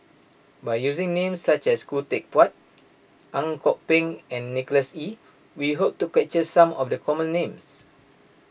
by using names such as Khoo Teck Puat Ang Kok Peng and Nicholas Ee we hope to capture some of the common names